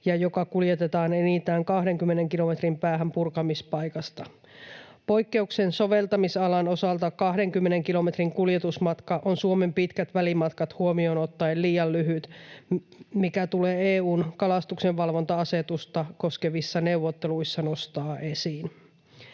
ja joka kuljetetaan enintään 20 kilometrin päähän purkamispaikasta. Poikkeuksen soveltamisalan osalta 20 kilometrin kuljetusmatka on liian lyhyt Suomen pitkät välimatkat huomioon ottaen, mikä tulee nostaa esiin EU:n kalastuksenvalvonta-asetusta koskevissa neuvotteluissa. Tehokas